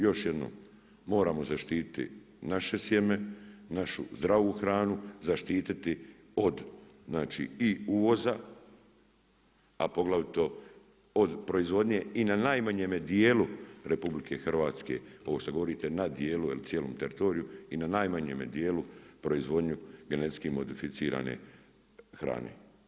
Još jednom, moramo zaštiti naše sjeme, našu zdravu hranu, zaštiti od znači i uvoza, a poglavito od proizvodnje i na najmanjemu dijelu RH, ovo što govorite na dijelu, ili cijelom teritoriju, i na najmanjemu dijelu proizvodnju genetski modificirane hrane.